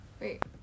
Wait